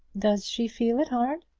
does she feel it hard?